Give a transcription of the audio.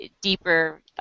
deeper